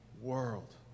world